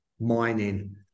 mining